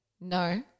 No